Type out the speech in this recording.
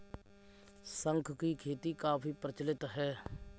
शंख की खेती काफी प्रचलित है